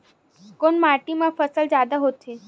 कोन माटी मा फसल जादा होथे?